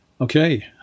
Okay